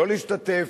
להשתתף,